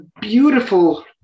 beautiful